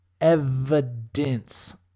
evidence